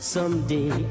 Someday